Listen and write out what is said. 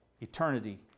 Eternity